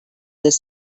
this